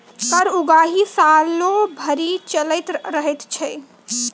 कर उगाही सालो भरि चलैत रहैत छै